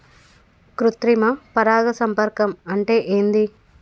కృత్రిమ పరాగ సంపర్కం అంటే ఏంది?